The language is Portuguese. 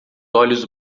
olhos